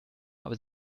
aber